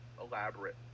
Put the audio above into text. elaborate